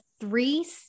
Three